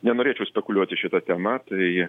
nenorėčiau spekuliuoti šita tema tai